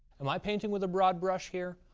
am i painting with a broad brush here?